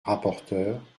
rapporteure